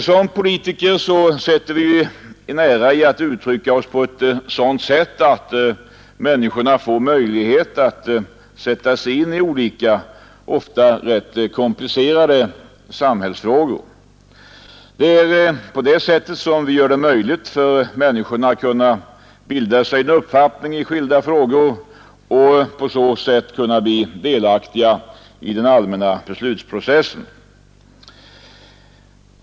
Som politiker sätter vi ju en ära i att uttrycka oss så, att människorna får möjlighet att sätta sig in i olika, ofta komplicerade samhällsfrågor. Det är på det sättet som vi gör det möjligt för människorna att bilda sig en uppfattning i skilda frågor och att bli delaktiga i den allmänna beslutsprocessen.